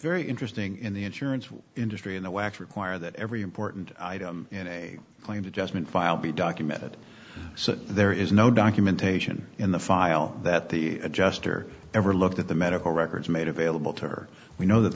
very interesting in the insurance industry and the act require that every important item in a claim to judgment file be documented so there is no documentation in the file that the adjuster ever looked at the medical records made available to or we know that